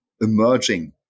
emerging